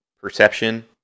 perception